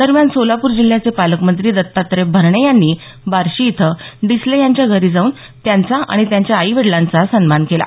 दरम्यान सोलापूर जिल्ह्याचे पालकमंत्री दत्तात्रय भरणे यांनी बार्शी इथं डिसले यांच्या घरी जाऊन त्यांचा आणि त्यांच्या आईवडीलांचा सन्मान केला